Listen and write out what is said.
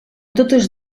totes